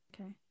Okay